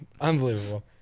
Unbelievable